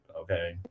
okay